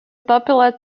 popular